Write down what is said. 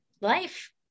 life